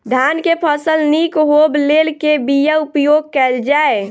धान केँ फसल निक होब लेल केँ बीया उपयोग कैल जाय?